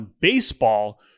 baseball